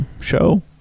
show